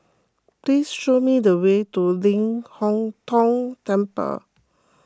please show me the way to Ling Hong Tong Temple